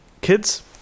Kids